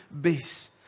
base